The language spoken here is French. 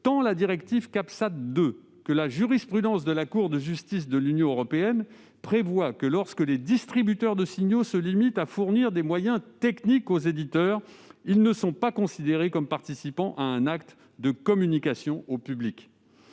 de radio, dite CabSat 2, que la jurisprudence de la Cour de justice de l'Union européenne prévoient que, lorsque les distributeurs de signaux se limitent à fournir des moyens techniques aux éditeurs, ils ne sont pas considérés comme participant à un acte de communication au public.